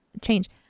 change